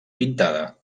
pintada